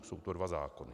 Jsou to dva zákony.